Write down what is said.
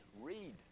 read